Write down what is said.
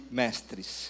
mestres